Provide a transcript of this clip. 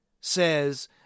says